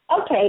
Okay